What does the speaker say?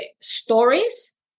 stories